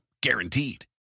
Guaranteed